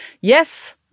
Yes